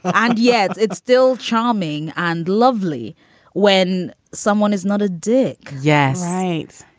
and yet it's still charming and lovely when someone is not a dick yes. right.